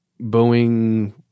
Boeing –